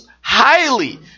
highly